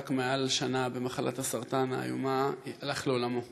שנאבק מעל שנה במחלת הסרטן האיומה, הלך לעולמו.